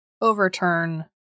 overturn